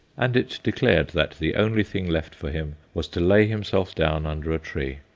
and it declared that the only thing left for him was to lay himself down under a tree.